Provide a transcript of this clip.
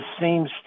seems